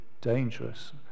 dangerous